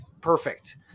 Perfect